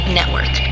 Network